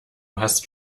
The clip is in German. hast